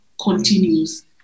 continues